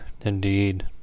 indeed